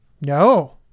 No